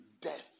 death